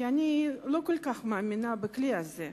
כי אני לא כל כך מאמינה בכלי הזה.